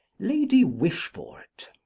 lady wishfort,